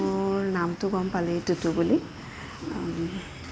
মোৰ নামটো গম পালেই টুটু বুলি